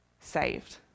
saved